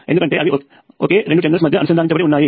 ఎందుకంటే అవి ఒకే రెండు టెర్మినల్స్ మధ్య అనుసంధానించబడి ఉన్నాయి